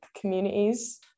communities